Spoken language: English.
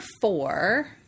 four